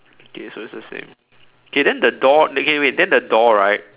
okay so it's the same K then the door K then wait then the door right